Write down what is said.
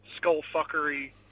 skullfuckery